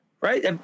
right